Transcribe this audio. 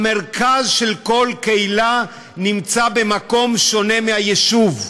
המרכז של כל קהילה נמצא במקום שונה מהיישוב.